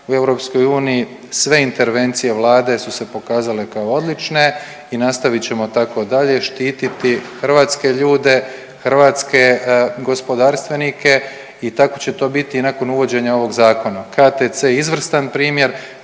u EU, sve intervencije Vlade su se pokazale kao odlične i nastavit ćemo tako dalje, štititi hrvatske ljude, hrvatske gospodarstvenike i tako će to biti nakon uvođenja ovog zakona. KTC je izvrstan primjer